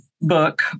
book